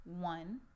one